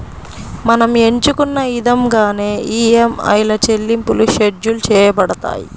మనం ఎంచుకున్న ఇదంగానే ఈఎంఐల చెల్లింపులు షెడ్యూల్ చేయబడతాయి